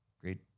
Great